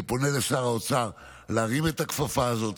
אני פונה לשר האוצר להרים את הכפפה הזאת.